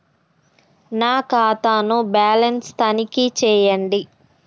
నా ఖాతా ను బ్యాలన్స్ తనిఖీ చేయండి?